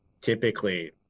typically